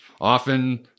Often